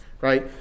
right